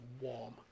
warm